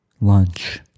lunch